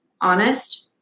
honest